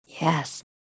Yes